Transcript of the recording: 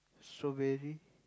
strawberry